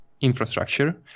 infrastructure